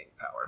power